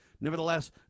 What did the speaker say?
Nevertheless